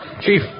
Chief